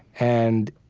and,